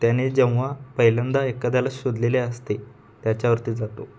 त्याने जेव्हा पहिल्यांदा एखाद्याला शोधलेले असते त्याच्यावरती जातो